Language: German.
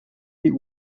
die